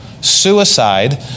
suicide